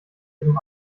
jedem